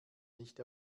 nicht